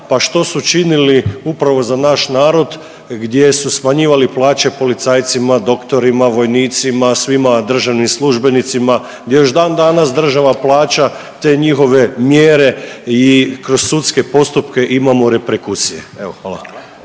pa što su činili upravo za naš narod gdje su smanjivali plaće policajcima, doktorima, vojnicima svima državnim službenicima gdje još dan danas država plaća te njihove mjere i kroz sudske postupke imamo reprekusije.